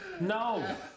no